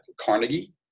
Carnegie